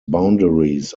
boundaries